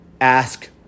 ask